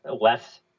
Less